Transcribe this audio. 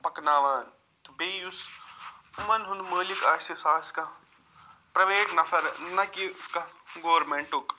پکناوان تہٕ بیٚیہِ یُس یِمن ہُنٛد مٲلِک آسہِ سُہ آسہِ کانٛہہ پرٛایویٹ نفر نہَ کہِ کانٛہہ گورمِنٛٹُک